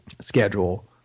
schedule –